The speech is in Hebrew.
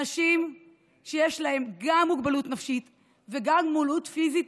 אנשים שיש להם גם מוגבלות נפשית וגם מוגבלות פיזית